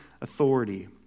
authority